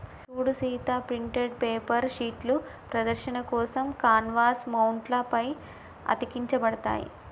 సూడు Sita printed paper షీట్లు ప్రదర్శన కోసం కాన్వాస్ మౌంట్ల పై అతికించబడతాయి